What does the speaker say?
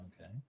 Okay